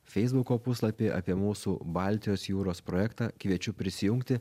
feisbuko puslapy apie mūsų baltijos jūros projektą kviečiu prisijungti